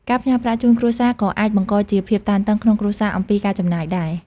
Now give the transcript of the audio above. ការផ្ញើប្រាក់ជូនគ្រួសារក៏អាចបង្កជាភាពតានតឹងក្នុងគ្រួសារអំពីការចំណាយដែរ។